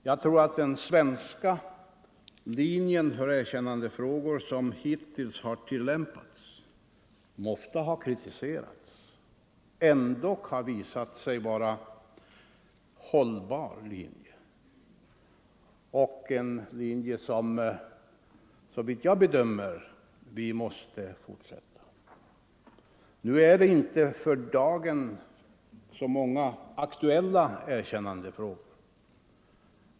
Jag tror att den svenska linje som hittills har tillämpats i erkännandefrågor och som ofta har kritiserats ändå har visat sig vara hållbar. Det är en linje som, såvitt jag kan bedöma, vi måste fortsätta med. För dagen finns det inte så många aktuella erkännandefrågor.